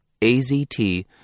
AZT